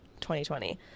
2020